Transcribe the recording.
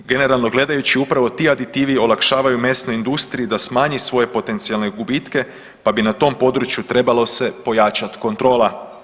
Generalno gledajući upravo ti aditivi olakšavaju mesnoj industriji da smanji svoje potencijalne gubitke pa bi na tom području trebalo se pojačat kontrola.